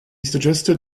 suggested